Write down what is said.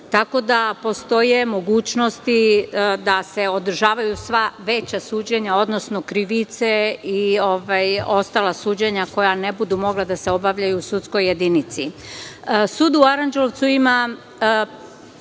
Tako da postoje mogućnosti da se održavaju sva veća suđenja, odnosno krivice i ostala suđenja koja ne budu mogla da se obavljaju u sudskoj jedinici. Sud u Aranđelovcu ima